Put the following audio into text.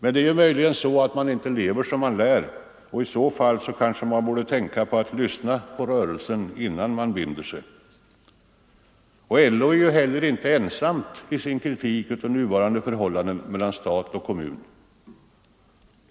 Är det möjligen så att man inte lever som man lär — nog borde man tänka på att ”lyssna på rörelsen” innan man binder sig. LO är heller inte ensam i sin kritik av nuvarande förhållande mellan stat och kommun.